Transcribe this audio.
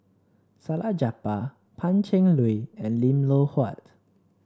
Salleh Japar Pan Cheng Lui and Lim Loh Huat